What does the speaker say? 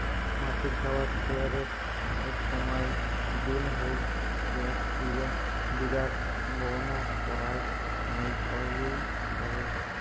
মাছের খাবার তৈয়ারের সমায় গ্রীন হাউস গ্যাস বিরার সম্ভাবনা পরায় নাই কইলেই চলে